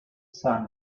son